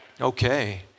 Okay